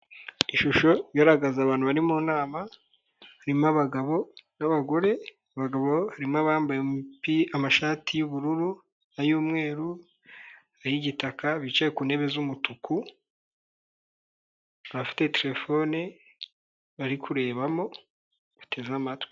Ishusho igaragaza abantu bari mu nama harimo abagabo n'abagore. Mu bagabo barimo abambaye amashati y'ubururu, ay'umweru ay'igitaka bicaye ku ntebe z'umutuku. Bafite telefone bari kurebamo, bateze amatwi.